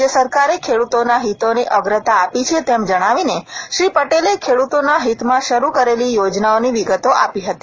રાજ્ય સરકારે ખેડૂતોના હિતોને અગ્રતા આપી છે તેમ જણાવીને શ્રી પટેલે ખેડ્રતોના હિતમાં શરૂ કરેલી યોજનાઓની વિગતો આપી હતી